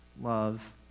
love